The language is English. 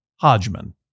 Hodgman